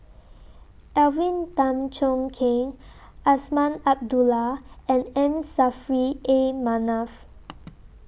Alvin Tan Cheong Kheng Azman Abdullah and M Saffri A Manaf